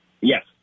Yes